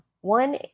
One